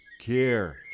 care